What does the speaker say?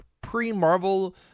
pre-marvel